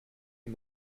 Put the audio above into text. les